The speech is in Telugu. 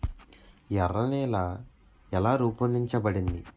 ఎర్ర నేల ఎలా రూపొందించబడింది?